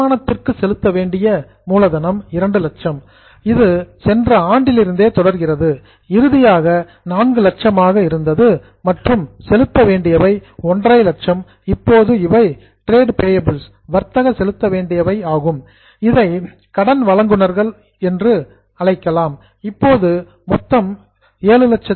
அடமானத்திற்கு செலுத்த வேண்டிய மூலதனம் 200000 இது சென்ற ஆண்டிலிருந்து தொடர்கிறது இறுதியாக 400000 ஆக இருந்தது மற்றும் பேயபிள்ஸ் செலுத்த வேண்டியவை 150000 இப்போது இவை டிரேட் பேயபிள்ஸ் வர்த்தக செலுத்த வேண்டியவை ஆகும் இதை கிரடிட்டர்ஸ் கடன் வழங்குநர்கள் என்றும் அழைக்கலாம் இப்போது மொத்தம் 750000